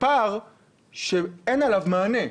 פער שאין עליו מענה.